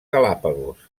galápagos